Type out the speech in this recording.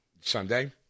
Sunday